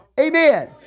Amen